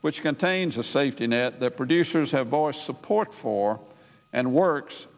which contains a safety net that producers have voiced support for and works